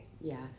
Yes